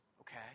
Okay